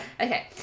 Okay